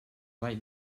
right